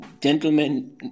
gentlemen